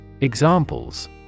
Examples